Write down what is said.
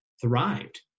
thrived